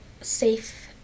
safe